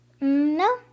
No